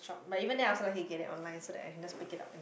but even then I also like can get it online so that I can just pick it up